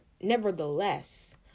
nevertheless